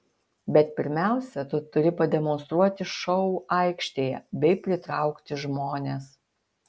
bet pirmiausia tu turi pademonstruoti šou aikštėje bei pritraukti žmones